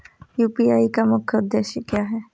UPI का मुख्य उद्देश्य क्या है?